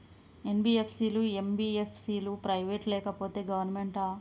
NBFC లు, MBFC లు private ఆ లేకపోతే గవర్నమెంటా?